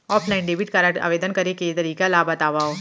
Offline debit card आवेदन करे के तरीका ल बतावव?